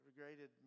regretted